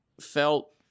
felt